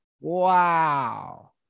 Wow